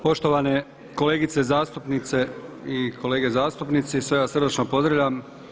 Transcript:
Poštovane kolegice zastupnice i kolege zastupnici, sve vas srdačno pozdravljam.